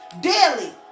Daily